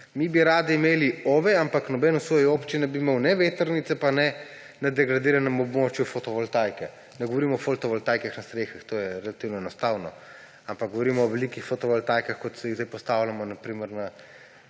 Mi bi radi imeli OVE, ampak nobeden v svoji občini ne bi imel ne vetrnice pa ne na degradiranem obočju fotovoltaike. Ne govorim o fotovoltaikah na strehah, to je relativno enostavno, ampak govorim o velikih fotovoltaikah, kot jih zdaj postavljamo na primer na